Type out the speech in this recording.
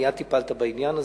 מייד טיפלת בעניין הזה.